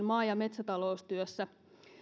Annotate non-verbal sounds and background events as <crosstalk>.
<unintelligible> maa ja metsätaloustyössä